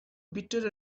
bitter